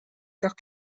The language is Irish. gach